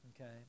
okay